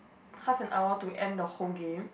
half and hour to end the whole game